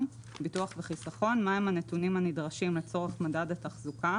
ביטוח וחיסכון מהם הנתונים הנדרשים לצורך מדד התחזוקה.